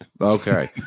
Okay